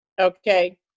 Okay